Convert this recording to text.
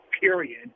period